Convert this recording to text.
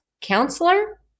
counselor